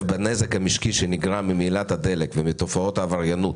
בנזק המשקי שנגרם ממהילת הדלק ומתופעות העבריינות,